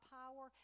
power